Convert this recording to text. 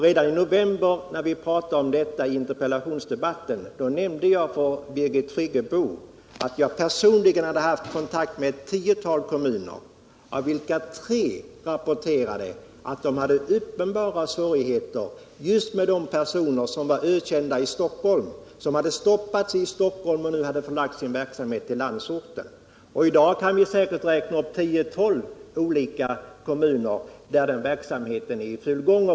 Redan i interpellationsdebatten i november nämnde jag för Birgit Friggebo att jag personligen hade haft kontakt med ett tjugotal kommuner, av vilka tre rapporterade att de hade uppenbara svårigheter just med personer som var ökända i Stockholm. Dessa hade stoppats i Stock holm men nu förlagt sin verksamhet till landsorten. I dag kan vi säkert räkna tio, tolv olika kommuner där denna verksamhet är i full gång.